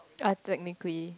I technically